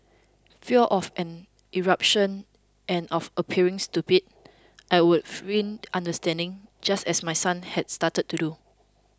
fear of an eruption and of appearing stupid I would feign understanding just as my son has started to do